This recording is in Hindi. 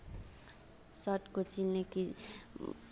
शर्ट को सिलने की